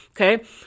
Okay